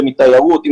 אם זה תיירות,